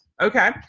Okay